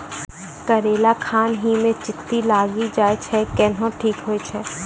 करेला खान ही मे चित्ती लागी जाए छै केहनो ठीक हो छ?